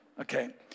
Okay